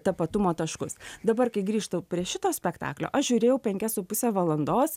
tapatumo taškus dabar kai grįžtu prie šito spektaklio aš žiūrėjau penkias su puse valandos